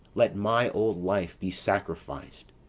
let my old life be sacrific'd,